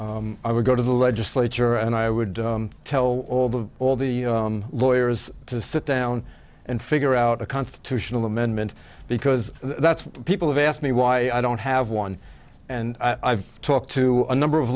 box i would go to the legislature and i would tell all the all the lawyers to sit down and figure out a constitutional amendment because that's what people have asked me why i don't have one and i've talked to a number of